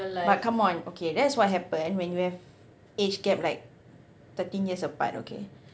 but come on okay that's what happen when you have age gap like thirteen years apart okay